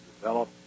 develop